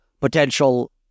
potential